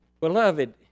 Beloved